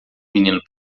menino